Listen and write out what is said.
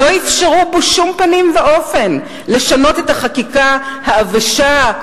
שלא אפשרה בשום פנים ואופן לשנות את החקיקה העבשה,